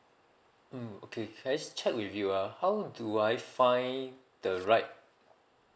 mm okay can I just check with you ah how do I find the right